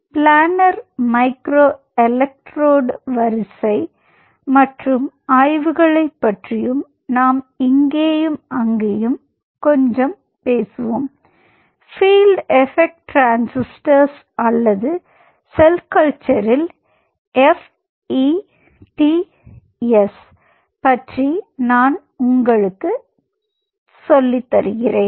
planar micro electrode வரிசை மற்றும் ஆய்வுகளை பற்றி நாம் இங்கேயும் அங்கேயும் கொஞ்சம் பேசுவோம் பீல்ட் எபெக்ட் டிரான்சிஸ்டர்கள் அல்லது செல் கல்ச்சர்ல் எஃப் இ டிஎஸ் பற்றி நான் உங்களுக்கு தருகிறேன்